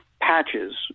patches